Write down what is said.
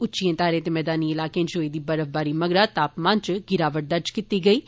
उच्चिए धारें ते मैदानी इलाकें इच होई दी बर्फबारी मगरा तापमान इच गिरावट दर्ज कीती गेई ऐ